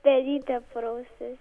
pelytė prausias